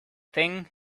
thing